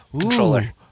controller